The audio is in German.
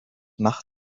mach